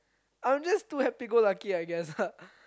I'm just too happy go lucky I guess ah